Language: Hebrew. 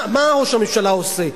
מה ראש הממשלה עושה,